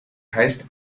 heißt